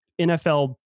NFL